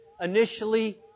initially